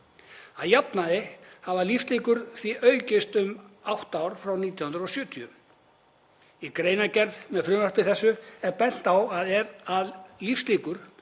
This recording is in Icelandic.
Að jafnaði hafa lífslíkur því aukist um átta ár frá árinu 1970. Í greinargerð með frumvarpi þessu er bent á að lífslíkur